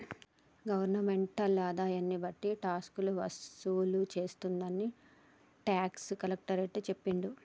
governmental ఆదాయన్ని బట్టి టాక్సులు వసూలు చేస్తుందని టాక్స్ కలెక్టర్ సెప్పిండు